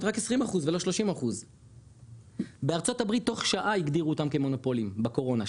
רק 20% ולא 30%. בארה"ב תוך שעה הגדירו אותם כמונופולים בקורונה,